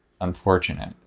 unfortunate